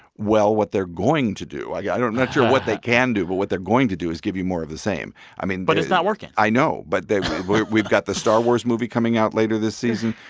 well, what they're going to do i yeah i don't i'm not sure what they can do. but what they're going to do is give you more of the same. i mean. but it's not working i know but we've we've got the star wars movie coming out later this season.